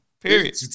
Period